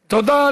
תודה.